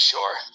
Sure